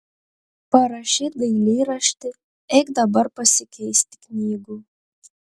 parašei dailyraštį eik dabar pasikeisti knygų